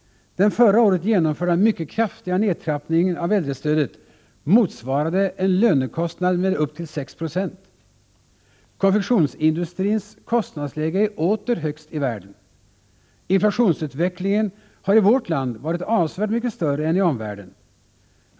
Den förra året genomförda mycket kraftiga nedtrappningen av äldrestödet motsvarade en lönekostnad med upp till 6 26. Konfektionsindustrins kostnadsläge är åter högst i världen. Inflationsutvecklingen har i vårt land varit avsevärt mycket större än i omvärlden.